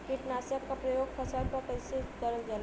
कीटनाशक क प्रयोग फसल पर कइसे करल जाला?